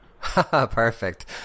perfect